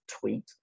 tweet